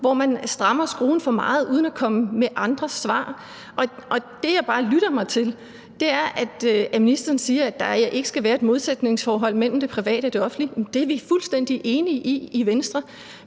hvor man strammer skruen for meget uden at komme med andre svar. Det, jeg bare lytter mig til, er, at ministeren siger, at der ikke skal være et modsætningsforhold mellem det private og det offentlige, og det er vi fuldstændig enige i i Venstre.